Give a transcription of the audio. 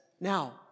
now